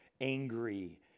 angry